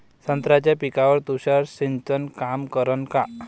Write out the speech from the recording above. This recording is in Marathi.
संत्र्याच्या पिकावर तुषार सिंचन काम करन का?